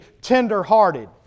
tender-hearted